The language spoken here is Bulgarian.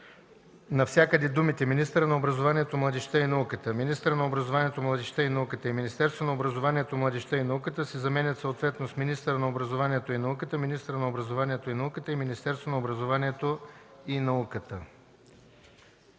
навсякъде думите „министърът на образованието, младежта и науката”, „министъра на образованието, младежта и науката” и „Министерството на образованието, младежта и науката” се заменят съответно с „министърът на образованието и науката”, „министъра на образованието и науката” и „Министерството на образованието и науката”.”